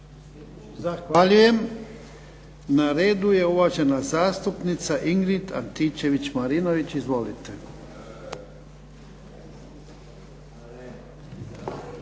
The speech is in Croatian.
Zahvaljujem. Na redu je uvažena zastupnica Ingrid Antičević-Marinović. Izvolite.